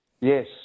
Yes